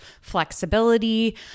flexibility